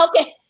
Okay